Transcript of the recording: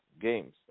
games